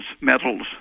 metals